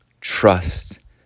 Trust